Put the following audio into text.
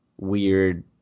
weird